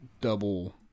double